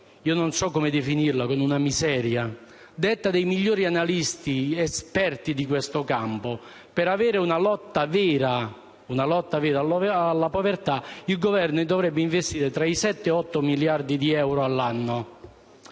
(non so come altro definirla), quando, a detta dei migliori analisti ed esperti di questo campo, per avere una lotta vera alla povertà il Governo dovrebbe investire 7-8 miliardi di euro all'anno.